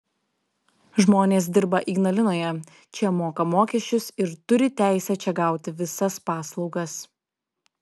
žmonės dirba ignalinoje čia moka mokesčius ir turi teisę čia gauti visas paslaugas